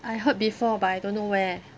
I heard before but I don't know where